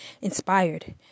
inspired